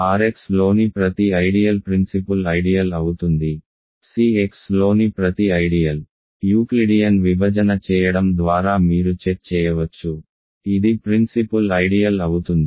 RXలోని ప్రతి ideal principal ideal అవుతుంది CXలోని ప్రతి ఐడియల్ యూక్లిడియన్ విభజన చేయడం ద్వారా మీరు చెక్ చేయవచ్చు ఇది ప్రిన్సిపుల్ ఐడియల్ అవుతుంది